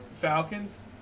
Falcons